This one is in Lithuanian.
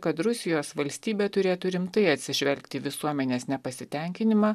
kad rusijos valstybė turėtų rimtai atsižvelgti į visuomenės nepasitenkinimą